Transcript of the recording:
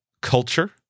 culture